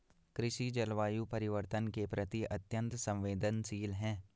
कृषि जलवायु परिवर्तन के प्रति अत्यंत संवेदनशील है